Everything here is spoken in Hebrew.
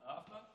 אהבת?